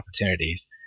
opportunities